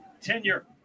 tenure